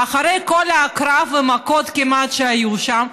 ואחרי כל הקרב והמכות שכמעט היו שם,